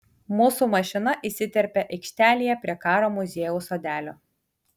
mūsų mašina įsiterpia aikštelėje prie karo muziejaus sodelio